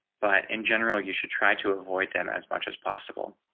but in general, you should try to avoid them as much as possible.